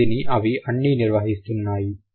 ఏ విధిని అవి అన్నీ నిర్వహిస్తున్నాయి